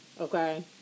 okay